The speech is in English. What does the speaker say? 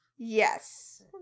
yes